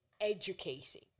educating